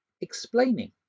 explaining